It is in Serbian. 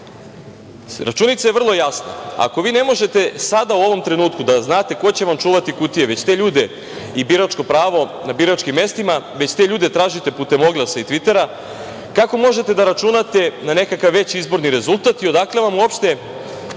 Računica je vrlo jasna. Ako vi ne možete sada u ovom trenutku da znate ko će vam čuvati kutije i biračko pravo na biračkim mestima, već te ljude tražite putem oglasa i Tvitera, kako možete da računate na nekakav veći izborni rezultat i odakle vam uopšte